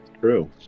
true